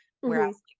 Whereas